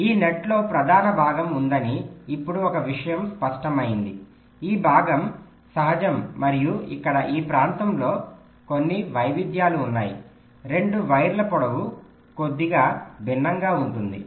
ఈ నెట్లో ప్రధాన భాగం ఉందని ఇప్పుడు ఒక విషయం స్పష్టమైంది ఈ భాగం సహజం మరియు ఇక్కడ ఈ ప్రాంతంలో కొన్ని వైవిధ్యాలు ఉన్నాయి 2 వైర్ల పొడవు కొద్దిగా భిన్నంగా ఉంటుంది